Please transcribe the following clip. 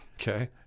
Okay